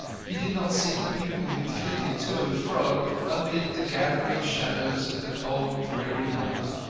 he did not see the people who flitted to and fro amid the gathering shadows of the cold, dreary night.